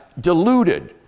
deluded